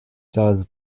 does